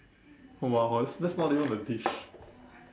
!wow! that's that's not even a dish